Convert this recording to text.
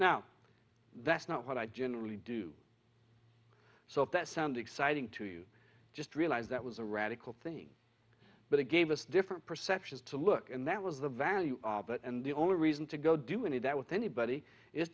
now that's not what i generally do so if that sounds exciting to you just realize that was a radical thing but it gave us different perceptions to look and that was the value and the only reason to go do any of that with anybody i